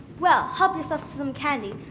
well help yourself to some candy.